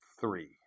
three